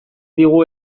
digu